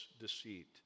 deceit